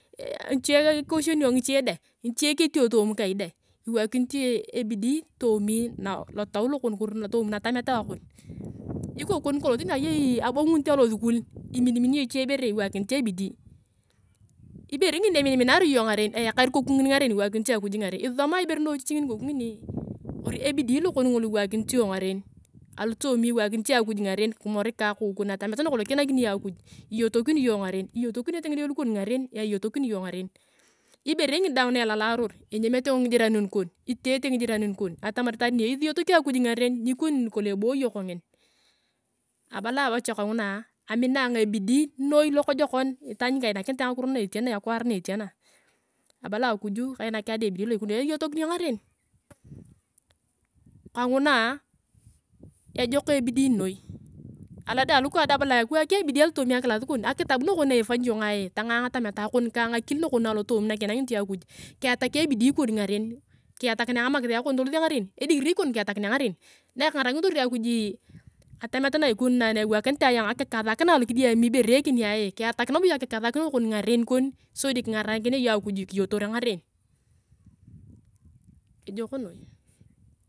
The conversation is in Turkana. Ngiche koshenia ngicge deng, ngiche ketio toomi kai dong, iwakinit iyong ebidi toomi lotau kovi toomi natameta kon. Ikoku kon nikolong tani oyei nikulong abangunit alosukul iminimini iyong iche bere iwakinit ebidii, ibere ngini na iminiminerea iyong ngaren eyakari ikoku ngini ngaren iwakinit iyong akuj ngaren isisomae ibere nidiochichi ngini ikoku ngine kovi ebidii lokon ngolo iwakinit iyong ngaren alotoomi iwakinit iyong akuj ngaren kimorik ka akou kon atamet nakalong kiinakini iyong akuj. Iyotokini iyong ngaren, iyotokinete ngide lukon ngaren, na iyotokini iyong ngaren, ibere ngini daang na elalaror enyemete ngijiranin kon, iteete ngijiranin kon atama itaan enia esiyotok akuj ngaren. Nikoni nikolong eboio kongin. Abalaa ayong bocha kanguni amina ayong ebidii noi lokojokon itaan ni kainakinit ayong ngakiro na etia neakwaa na etia naa. Abala ayong akuja kainak ayong deng ebidii la ikona neni eyotokinio ngaren, kanguna ejou ebidii noi, alodea alikungdae abala ayong kiwak ebidii alotooma akilas kon alotoomi akilas kon akitab nakon na ifanyi iyonga tangaa ngatameta kon ka akil nakon na alotoomi na kiinakinit iyonga akuj kiyatak ebidii ko ngaren, kiyatakinea ngamakisea kon tolosio ngaren, edigirii kon. Na kengarakinitor akuj atamet na ikoni na, na ewakinit ayong akikasakina alokidiami ibere ekenia kiyatak nabo iyong akikasakina kon ngaren kon sodi kingarakina iyong akuj kiyitorea ngaren ejok noi.